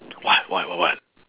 what what what what